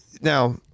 Now